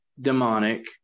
demonic